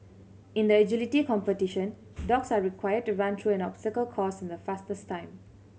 in the agility competition dogs are required to run through an obstacle course in the fastest time